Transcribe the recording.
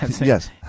Yes